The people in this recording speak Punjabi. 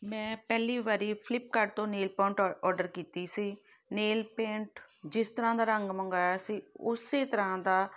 ਮੈਂ ਪਹਿਲੀ ਵਾਰ ਫਲਿਪਕਾਰਡ ਤੋਂ ਨੈਲ ਪੇਂਟ ਔਡਰ ਕੀਤੀ ਸੀ ਨੇਲ ਪੇਂਟ ਜਿਸ ਤਰ੍ਹਾਂ ਦਾ ਰੰਗ ਮੰਗਵਾਇਆ ਸੀ ਉਸੇ ਤਰ੍ਹਾਂ ਦਾ